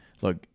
Look